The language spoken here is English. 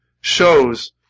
Shows